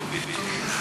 זה חשוב.